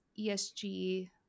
ESG